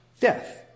death